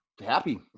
happy